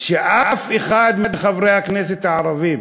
שאף אחד מחברי הכנסת הערבים